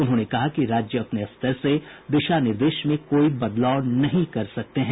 उन्होंने कहा कि राज्य अपने स्तर से दिशा निर्देश में कोई बदलाव नहीं कर सकते हैं